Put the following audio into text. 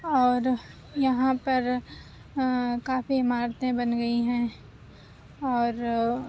اور یہاں پر کافی عمارتیں بن گئی ہیں اور